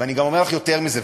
אני גם אומר לך יותר מזה,